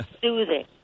soothing